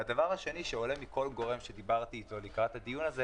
דבר נוסף שעולה מכל גורם שדיברתי איתו לקראת הנושא הזה,